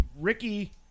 Ricky